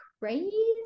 crazy